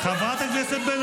כולם